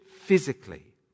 physically